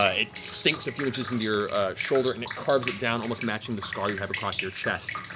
ah it sinks a few inches into your shoulder and it carves it down, almost matching the scar you have across your chest,